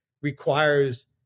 requires